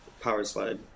Powerslide